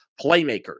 playmakers